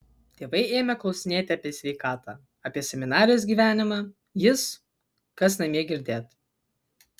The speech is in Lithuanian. tėvai ėmė klausinėti apie sveikatą apie seminarijos gyvenimą jis kas namie girdėt